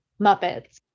Muppets